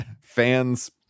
fans